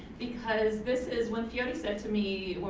because this is, when feodies said to me,